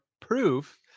proof